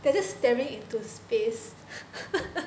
they're just staring into space